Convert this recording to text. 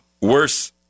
Worse